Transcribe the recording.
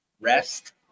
Rest